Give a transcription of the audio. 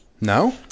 No